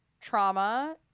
trauma